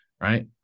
right